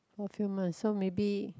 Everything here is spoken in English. a few months so maybe